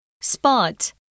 spot